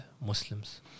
Muslims